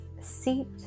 seat